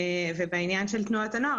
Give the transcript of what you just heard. בעניין של תנועות הנוער,